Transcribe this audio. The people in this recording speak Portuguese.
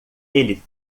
ele